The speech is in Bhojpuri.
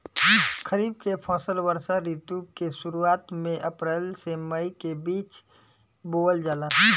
खरीफ के फसल वर्षा ऋतु के शुरुआत में अप्रैल से मई के बीच बोअल जाला